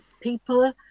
people